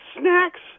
snacks